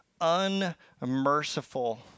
unmerciful